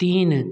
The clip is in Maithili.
तीन